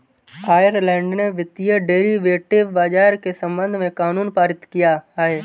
Ireland ने वित्तीय derivative बाजार के संबंध में कानून पारित किया है